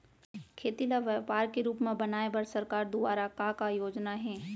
खेती ल व्यापार के रूप बनाये बर सरकार दुवारा का का योजना हे?